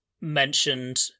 mentioned